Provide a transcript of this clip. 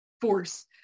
force